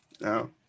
no